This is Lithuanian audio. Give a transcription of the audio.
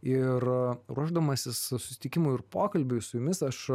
ir ruošdamasis susitikimui ir pokalbiui su jumis aš